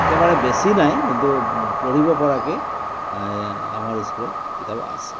একেবাৰে বেছি নাই কিন্তু পঢ়িব পৰাকৈ আমাৰ স্কুলত কিতাপ আছিলে